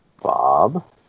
Bob